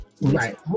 Right